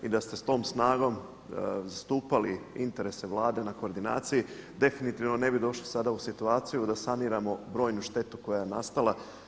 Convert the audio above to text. I da ste s tom snagom zastupali interese Vlade na koordinaciji definitivno ne bi došli sada u situaciju da saniramo brojnu štetu koja je nastala.